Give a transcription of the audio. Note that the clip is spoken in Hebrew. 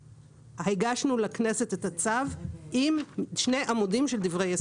הגשנו לכנסת את הצו עם שני עמודים של דברי הסבר.